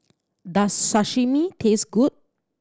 does Sashimi taste good